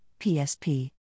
PSP